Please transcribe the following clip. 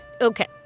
Okay